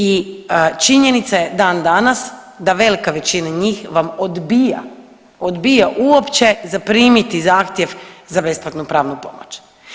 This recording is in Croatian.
I činjenica je dan danas da velika većina njih vam odbija, odbija uopće zaprimiti zahtjev za besplatnu pravnu pomoć.